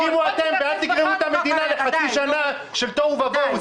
תקימו אתם ואל תגררו את המדינה לחצי שנה של תוהו ובוהו.